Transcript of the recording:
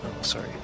Sorry